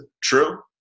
True